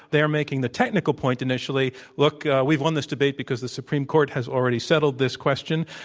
they are making the technical point initially, look, we've won this debate because the supreme court has already settled this question,